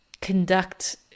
conduct